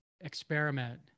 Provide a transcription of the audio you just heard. experiment